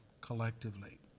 collectively